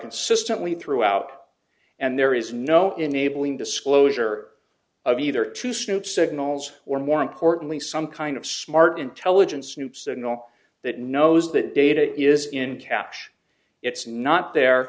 consistently throughout and there is no enabling disclosure of either to snoop signals or more importantly some kind of smart intelligent snoop signal that knows that data is intact it's not there